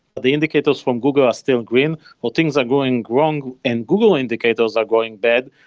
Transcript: the indicators from google are still green. well, things are going wrong and google indicators are going bad,